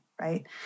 right